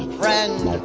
friend